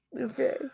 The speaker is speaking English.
Okay